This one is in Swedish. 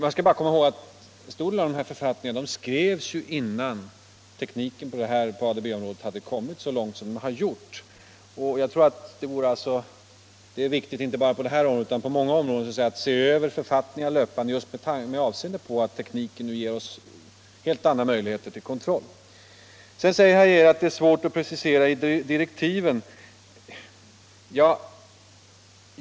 Man skall bara komma ihåg att en stor del av dessa författningar skrevs innan tekniken på ADB-området hade kommit så långt som den nu har gjort. Det är därför viktigt att, inte bara på detta område utan på många områden, se över författningarna löpande med tanke på att tekniken nu ger oss helt andra möjligheter till kontroll. Sedan säger herr Geijer att det är svårt att precisera i direktiven.